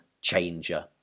changer